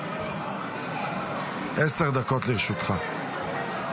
עשר דקות לרשותך.